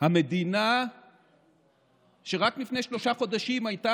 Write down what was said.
המדינה שרק לפני שלושה חודשים הייתה